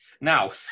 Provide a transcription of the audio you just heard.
Now